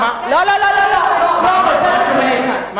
מה שוביניסטי בזה?